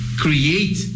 create